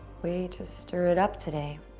way to stir it up today.